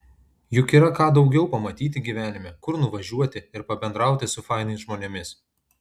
juk yra ką daugiau pamatyti gyvenime kur nuvažiuoti ir pabendrauti su fainais žmonėmis